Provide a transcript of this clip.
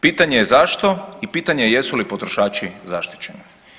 Pitanje je zašto i pitanje jesu li potrošači zaštićeni?